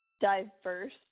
diverse